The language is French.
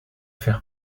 faire